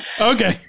Okay